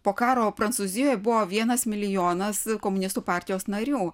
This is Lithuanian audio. po karo prancūzijoj buvo vienas milijonas komunistų partijos narių